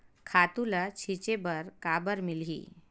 खातु ल छिंचे बर काबर मिलही?